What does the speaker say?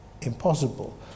impossible